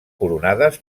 coronades